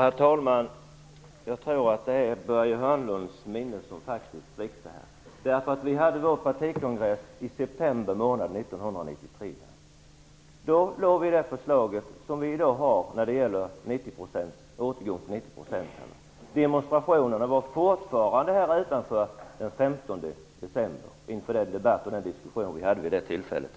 Herr talman! Jag tror att det faktiskt är Börje Hörnlunds minne som sviktar. Vi hade vår partikongress i september 1993. Då lade vi fram det förslag som vi har i dag om att återgå till 90 %. Demonstrationerna här utanför skedde den 15 december i samband med den debatt och den diskussion som vi hade vid det tillfället.